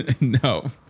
No